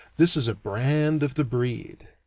this is a brand of the breed.